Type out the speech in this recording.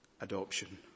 adoption